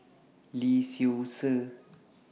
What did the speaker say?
Lee Seow Ser